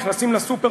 נכנסים לסופר,